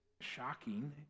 shocking